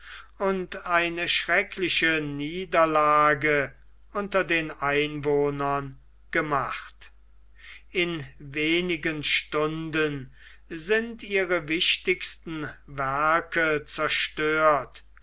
und eine schreckliche niederlage unter den einwohnern gemacht in wenigen stunden sind ihre wichtigsten werke zerstört